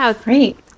great